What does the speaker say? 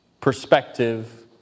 perspective